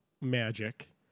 magic